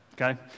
Okay